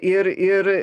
ir ir